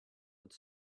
with